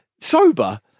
Sober